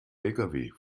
lkw